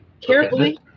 Carefully